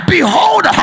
Behold